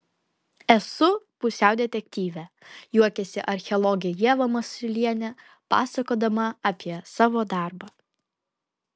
esu pusiau detektyvė juokiasi archeologė ieva masiulienė pasakodama apie savo darbą